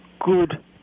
Good